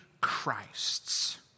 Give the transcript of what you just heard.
Christ's